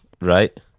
right